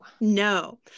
No